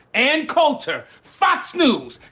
ann coulter, fox news,